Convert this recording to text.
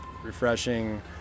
refreshing